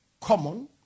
common